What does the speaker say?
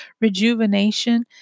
rejuvenation